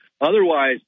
otherwise